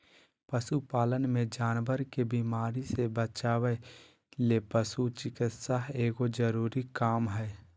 पशु पालन मे जानवर के बीमारी से बचावय ले पशु चिकित्सा एगो जरूरी काम हय